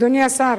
אדוני השר,